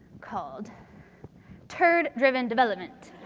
called turd driven development.